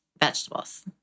vegetables